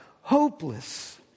hopeless